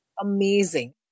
Amazing